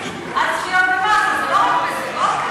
אז זה לא רק בזה.